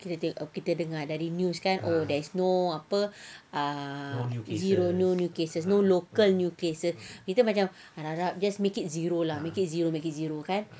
kita tengok kita dengar dari news kan oh there's no apa ah zero no new cases no local new cases kita macam harap-harap just make it zero lah make it zero make it zero kan